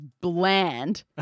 bland